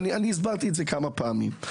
הסברתי את זה כמה פעמים.